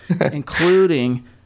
including